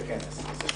וידרמן.